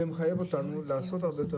מחייב אותנו לעשות הרבה יותר,